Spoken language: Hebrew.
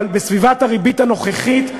אבל בסביבת הריבית הנוכחית,